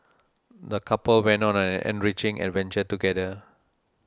the couple went on an enriching adventure together